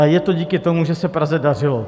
Je to díky tomu, že se Praze dařilo.